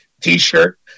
T-shirt